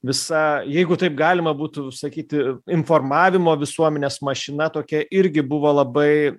visa jeigu taip galima būtų sakyti informavimo visuomenės mašina tokia irgi buvo labai